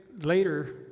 later